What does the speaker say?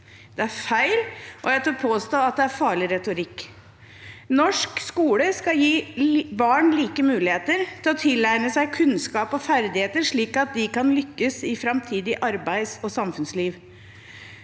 Det er feil, og jeg tør påstå at det er farlig retorikk. Norsk skole skal gi barn like muligheter til å tilegne seg kunnskap og ferdigheter slik at de kan lykkes i framtidig arbeids- og samfunnsliv.